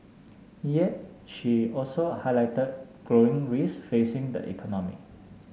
yet she also highlighted growing risks facing the economy